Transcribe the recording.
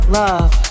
love